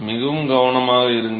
மிகவும் கவனமாக இருங்கள்